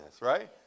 right